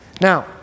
Now